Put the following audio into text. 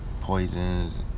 poisons